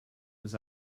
was